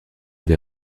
des